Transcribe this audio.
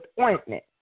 ointment